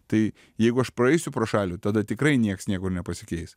tai jeigu aš praeisiu pro šalį tada tikrai nieks niekur nepasikeis